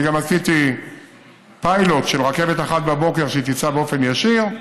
אני גם עשיתי פיילוט של רכבת אחת בבוקר שתיסע באופן ישיר.